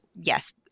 yes